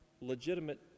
legitimate